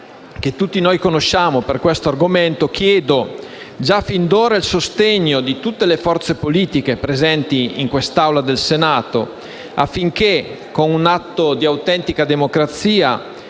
che tutti noi conosciamo per siffatto argomento, chiedo fin d'ora il sostegno di tutte le forze politiche presenti in questa Assemblea, affinché, con un atto di autentica democrazia,